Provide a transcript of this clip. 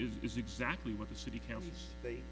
and is exactly what the city council they